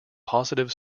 positive